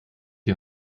die